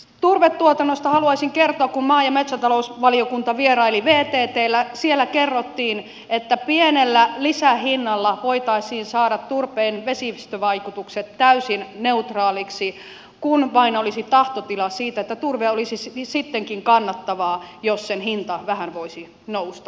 turvetuotannosta haluaisin kertoa että kun maa ja metsätalousvaliokunta vieraili vttllä siellä kerrottiin että pienellä lisähinnalla voitaisiin saada turpeen vesistövaikutukset täysin neutraaleiksi kun vain olisi tahtotila siitä että turve olisi sittenkin kannattavaa ja sen hinta vähän voisi nousta